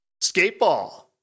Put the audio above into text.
Skateball